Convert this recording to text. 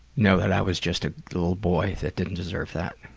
know that i was just a little boy that didn't deserve that.